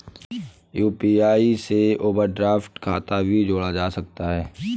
UPI से overdraft खाता भी जोड़ा जा सकता है